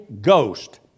Ghost